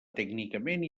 tècnicament